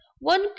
one